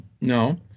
No